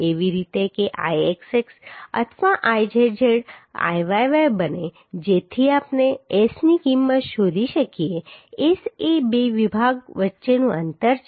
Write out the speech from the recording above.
એવી રીતે કે Ixx અથવા Izz Iyy બને જેથી આપણે S ની કિંમત શોધી શકીએ S એ બે વિભાગ વચ્ચેનું અંતર છે